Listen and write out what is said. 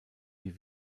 die